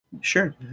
sure